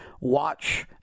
watch